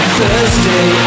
Thursday